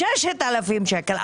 6,000 שקל.